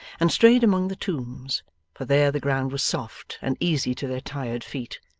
and strayed among the tombs for there the ground was soft, and easy to their tired feet.